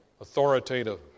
authoritative